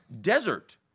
desert